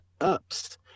ups